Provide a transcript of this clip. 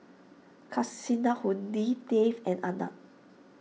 Kasinadhuni Dev and Anand